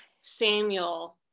Samuel